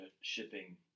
shipping